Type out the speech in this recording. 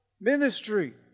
ministry